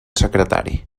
secretari